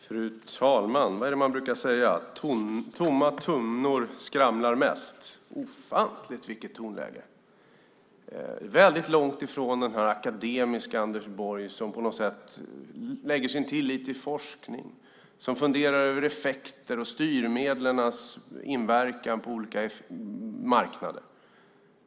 Fru talman! Vad är det man brukar säga? Tomma tunnor skramlar mest. Vilket tonläge! Det var långt från den akademiske Anders Borg som sätter sin tillit till forskning och som funderar över effekter och styrmedels inverkan på olika marknader.